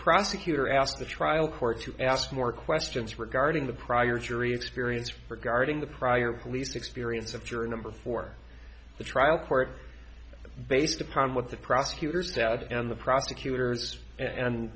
prosecutor asked the trial court to ask more questions regarding the prior jury experience for guarding the prior police experience of juror number four the trial court based upon what the prosecutors said and the prosecutors and